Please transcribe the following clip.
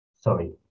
Sorry